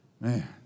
Man